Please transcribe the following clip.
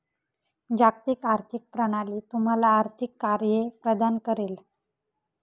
जागतिक आर्थिक प्रणाली तुम्हाला आर्थिक कार्ये प्रदान करेल